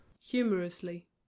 humorously